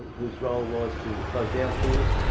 whose role was to close down pools,